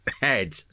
head